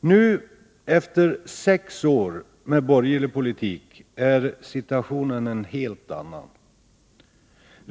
Nu, efter sex år med borgerlig politik, är situationen en helt annan.